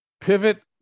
pivot